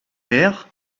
maires